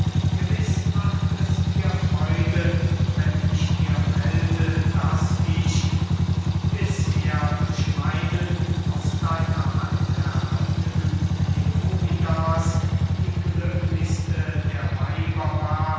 gewiß macht es dir freude wenn ich dir melde daß ich die bisher durch meinen aus deiner hand erhaltenen kleonidas die glücklichste der weiber war